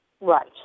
Right